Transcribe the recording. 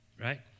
right